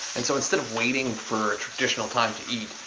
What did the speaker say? and so, instead of waiting for a traditional time to eat,